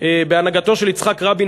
בהנהגתו של יצחק רבין,